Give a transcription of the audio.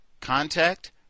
contact